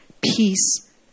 peace